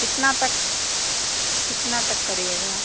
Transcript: कितना तक कितना तक करिएगा